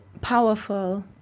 powerful